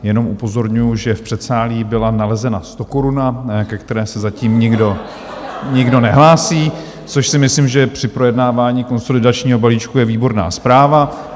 Jenom upozorňuji, že v předsálí byla nalezena stokoruna, ke které se zatím nikdo nehlásí , což si myslím, že při projednávání konsolidačního balíčku je výborná zpráva.